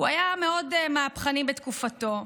הוא היה מאוד מהפכני בתקופתו,